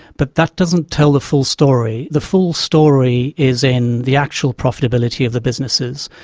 but that doesn't tell the full story. the full story is in the actual profitability of the businesses,